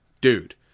dude